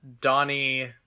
Donnie